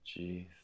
Jeez